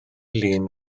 lun